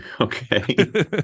Okay